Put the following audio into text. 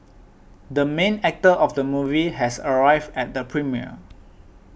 the main actor of the movie has arrived at the premiere